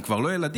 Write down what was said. הם כבר לא ילדים,